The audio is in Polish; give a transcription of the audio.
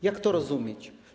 Jak to rozumieć?